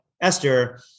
Esther